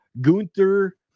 Gunther